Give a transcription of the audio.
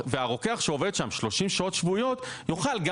והרוקח שיעבוד שם 30 שעות שבועיות יוכל גם